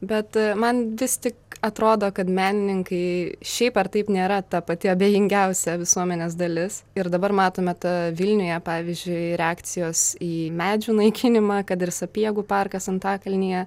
bet man vis tik atrodo kad menininkai šiaip ar taip nėra ta pati abejingiausia visuomenės dalis ir dabar matome tą vilniuje pavyzdžiui reakcijos į medžių naikinimą kad ir sapiegų parkas antakalnyje